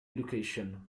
education